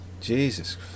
Jesus